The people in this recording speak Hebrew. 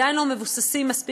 הם עדיין לא מבוססים מספיק,